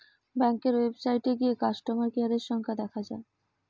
ব্যাংকের ওয়েবসাইটে গিয়ে কাস্টমার কেয়ারের সংখ্যা দেখা যায়